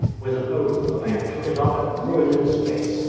with an oath the man took it up and threw it in his face.